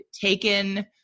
taken